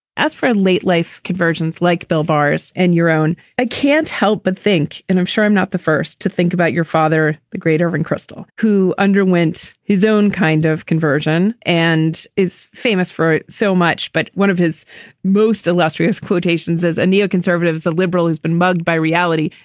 as for ah late life conversions like bell bars and your own, i can't help but think and i'm sure i'm not the first to think about your father, the great irving kristol, who underwent his own kind of conversion and is famous for so much. but one of his most illustrious quotations is a neo conservatives, a liberal who's been mugged by reality.